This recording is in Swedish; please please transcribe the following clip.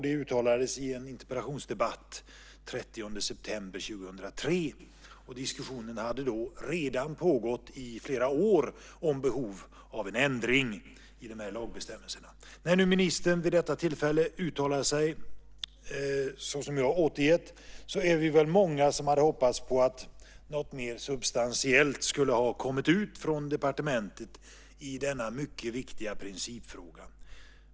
De uttalades i en interpellationsdebatt den 30 september 2003. Diskussionen hade då redan pågått i flera år om behov av en ändring i de här lagbestämmelserna. När ministern vid det tillfället uttalade sig såsom jag har återgett är vi väl många som hade hoppats på att något mer substantiellt skulle ha kommit ut från departementet i denna mycket viktiga principfråga.